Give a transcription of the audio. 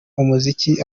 umuziki